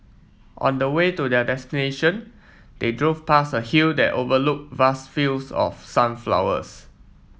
on the way to their destination they drove past a hill that overlooked vast fields of sunflowers